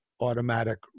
automatic